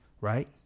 right